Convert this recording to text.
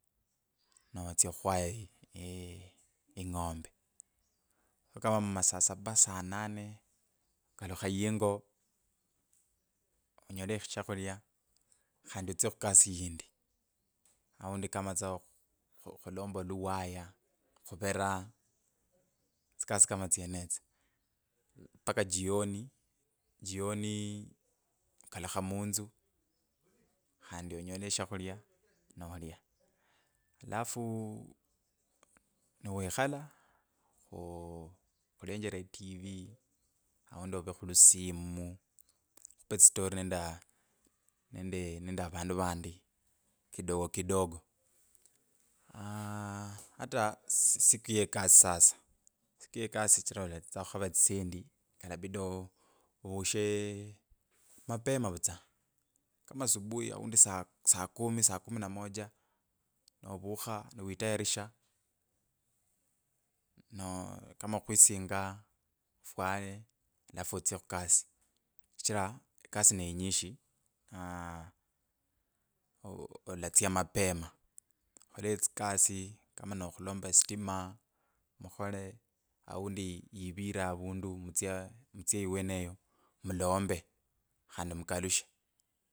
Notsya khwaya ing’ombe kama mumasasaba nokalukha ingo, onyole eshakhulia khandi otsye khukasi indi awundi kamatsa, okhulomba oluwayo, khuvera tsikasi kama tsyenetyo mbaka jioni, jioni nokalukha munzu kandi onyela shakhulya nolia alafuu nowikhola khuu khulenjera etive aundi ove khulisimu khupe etsytory nende avandu vandi kidogo kidogo aaa ata siku ye ekasi sasa. siku ya kasi shichira alatsia khukhava tsisendi kalabida ovushee mapema vutswa kama subuyi oundi saa kumi, saa kumi na moja novukha niwatayarisha no kama khwisinga ofwale alafu otsie khukasi shinjira ekasi ne inyishi eee. Olatsia mapema khole tsikasi kama nokhulomba olombe khandi mukalushe.